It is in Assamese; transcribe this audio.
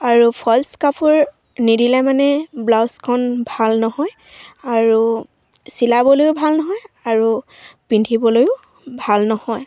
আৰু ফল্ছ কাপোৰ নিদিলে মানে ব্লাউজখন ভাল নহয় আৰু চিলাবলৈও ভাল নহয় আৰু পিন্ধিবলৈয়ো ভাল নহয়